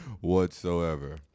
whatsoever